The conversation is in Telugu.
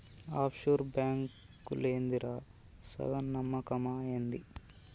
ఆఫ్ షూర్ బాంకులేందిరా, సగం నమ్మకమా ఏంది